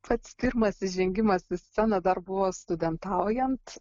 pats pirmas įžengimas į sceną dar buvo studentaujant